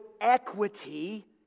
equity